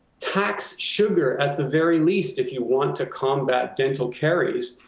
tax sugar, at the very least if you want to combat dental caries,